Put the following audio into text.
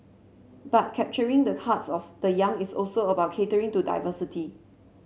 but capturing the hearts of the young is also about catering to diversity